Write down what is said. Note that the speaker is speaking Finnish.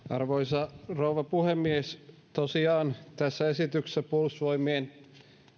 arvoisa rouva puhemies tosiaan tämän esityksen mukaan puolustusvoimien